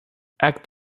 act